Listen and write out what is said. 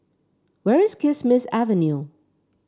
where is Kismis Avenue